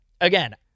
Again